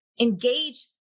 engage